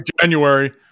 January